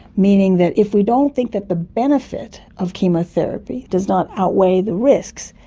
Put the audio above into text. meaning that if we don't think that the benefit of chemotherapy does not outweigh the risks,